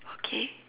okay